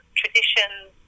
traditions